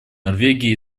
норвегии